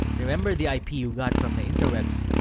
remember the ip you got from the interwebs.